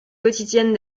quotidienne